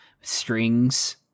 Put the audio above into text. strings